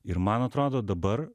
ir man atrodo dabar